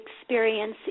experience